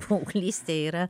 paauglystė yra